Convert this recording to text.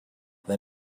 they